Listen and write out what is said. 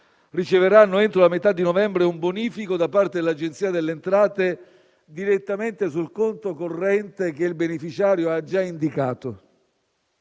riceveranno, entro la metà di novembre, un bonifico da parte dell'Agenzia delle entrate direttamente sul conto corrente che il beneficiario ha già indicato.